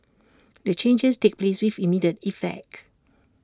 the changes take place with immediate effect